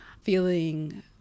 feeling